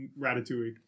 ratatouille